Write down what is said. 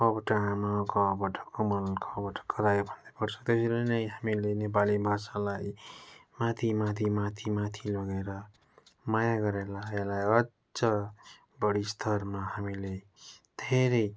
आबाट आमा कबाट कमल खबाट खरायो भन्दै पढ्छौँ त्यसरी नै हामीले नेपाली भाषालाई माथि माथि माथि माथि लगेर माया गरेर यसलाई अझ बढी स्तरमा हामीले धेरै